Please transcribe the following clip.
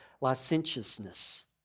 licentiousness